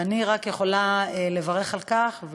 ואני רק יכולה לברך על כך,